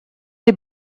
les